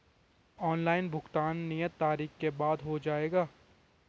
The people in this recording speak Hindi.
ऑनलाइन भुगतान नियत तारीख के बाद हो जाएगा?